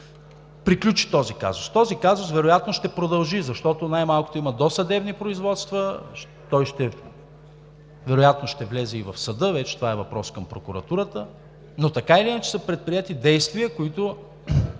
приключи този казус. Той вероятно ще продължи, защото най-малкото има досъдебни производства и вероятно ще влезе в съда – вече това е въпрос към прокуратурата, но така или иначе са предприети действия, които